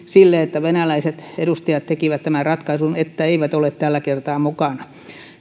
sille että venäläiset edustajat tekivät tämän ratkaisun että eivät ole tällä kertaa mukana